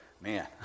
Man